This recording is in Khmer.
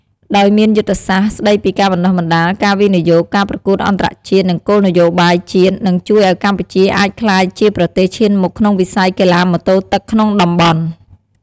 ដោយមានយុទ្ធសាស្ត្រស្តីពីការបណ្តុះបណ្តាល ការវិនិយោគ ការប្រកួតអន្តរជាតិ និងគោលនយោបាយជាតិ នឹងជួយឱ្យកម្ពុជាអាចក្លាយជាប្រទេសឈានមុខក្នុងវិស័យកីឡាម៉ូតូទឹកក្នុងតំបន់។